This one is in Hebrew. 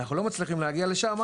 אנחנו לא מצליחים להגיע לשם.